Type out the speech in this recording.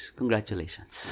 congratulations